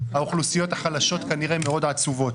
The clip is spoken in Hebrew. האוכלוסיות החלשות כנראה מאוד עצובות.